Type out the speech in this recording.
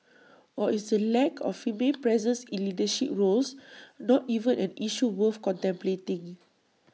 or is the lack of female presence in leadership roles not even an issue worth contemplating